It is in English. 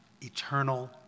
eternal